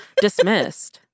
Dismissed